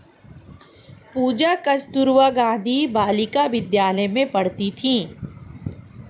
पूजा कस्तूरबा गांधी बालिका विद्यालय में पढ़ती थी